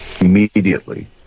Immediately